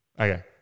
Okay